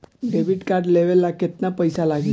Debit card लेवे ला केतना पईसा लागी?